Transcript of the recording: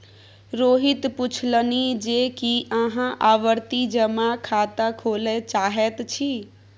रोहित पुछलनि जे की अहाँ आवर्ती जमा खाता खोलय चाहैत छी